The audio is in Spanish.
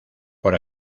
por